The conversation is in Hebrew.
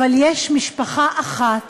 אבל יש משפחה אחת